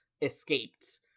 escaped